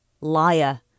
Liar